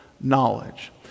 knowledge